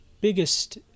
biggest